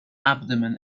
abdomen